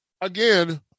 again